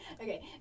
Okay